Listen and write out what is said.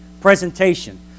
presentation